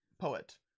poet